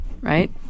right